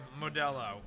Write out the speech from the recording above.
Modelo